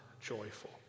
joyful